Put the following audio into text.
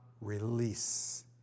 release